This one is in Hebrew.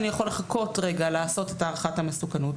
יכול לחכות רגע לעשות את הערכת המסוכנות,